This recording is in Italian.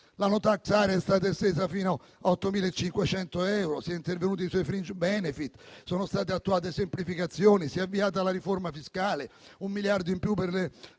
La no tax area è stata estesa fino a 8.500 euro. Si è intervenuti sui *fringe benefit*. Sono state attuate semplificazioni. Si è avviata la riforma fiscale. Sono stati previsti